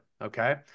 Okay